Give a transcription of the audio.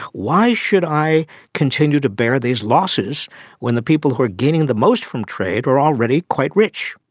why should i continue to bear these losses when the people who are gaining the most from trade are already quite rich?